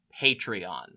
Patreon